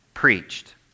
preached